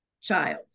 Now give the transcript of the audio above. child